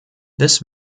this